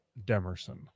demerson